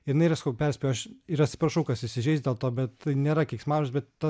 ir jinai yra sakau perspėju aš ir atsiprašau kas įsižeis dėl to bet tai nėra keiksmažodis bet ta